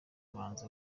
muhanzi